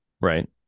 Right